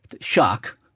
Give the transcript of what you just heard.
shock